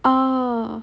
oh